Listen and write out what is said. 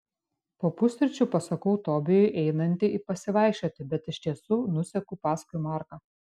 po pusryčių pasakau tobijui einanti pasivaikščioti bet iš tiesų nuseku paskui marką